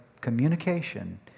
Communication